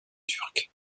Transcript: turc